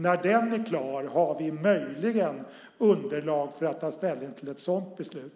När den är klar har vi möjligen underlag till att ta ställning till ett sådant beslut.